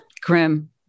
Grim